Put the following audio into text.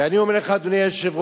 ואני אומר לך, אדוני היושב-ראש,